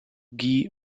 guy